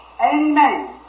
Amen